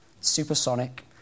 supersonic